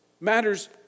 matters